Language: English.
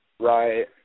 Right